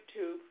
YouTube